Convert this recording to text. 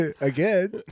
Again